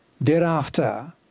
thereafter